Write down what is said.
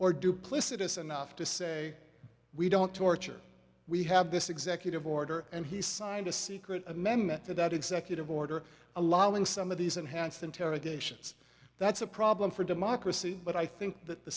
or duplicitous enough to say we don't torture we have this executive order and he signed a secret amendment to that executive order allowing some of these enhanced interrogations that's a problem for democracy but i think that the